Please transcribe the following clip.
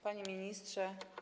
Panie Ministrze!